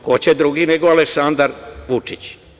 Ko će drugi, nego Aleksandar Vučić.